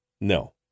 No